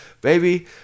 baby